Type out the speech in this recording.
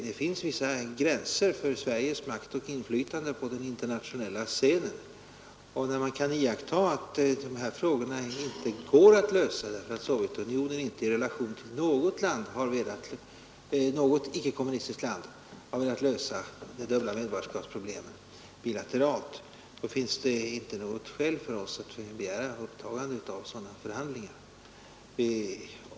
Det finns vissa gränser för Sveriges makt och inflytande på den internationella scenen, och när man kan iakttaga att dessa frågor inte går att lösa därför att Sovjetunionen inte i relation till något icke-kommunistiskt land har velat lösa de dubbla medborgarskapsproblemen bilateralt finns inte något skäl för oss att begära upptagande av sådana förhandlingar.